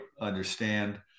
understand